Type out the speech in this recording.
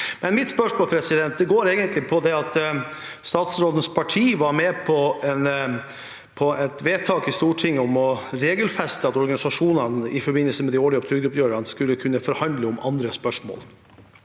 Mitt spørsmål handler egentlig om at statsrådens parti var med på et vedtak i Stortinget om å regelfeste at organisasjonene i forbindelse med de årlige trygdeoppgjørene skulle kunne forhandle om andre spørsmål.